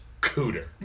Cooter